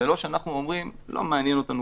זה לא שאנחנו אומרים שלא מעניין אותנו